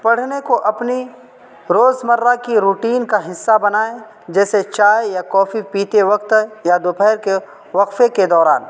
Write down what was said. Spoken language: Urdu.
پڑھنے کو اپنی روز مرہ کی روٹین کا حصہ بنائیں جیسے چائے یا کافی پیتے وقت یا دوپہر کے وقفے کے دوران